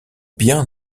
bien